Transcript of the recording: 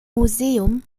museum